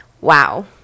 Wow